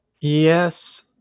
Yes